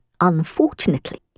Unfortunately